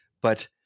But-